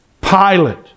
Pilate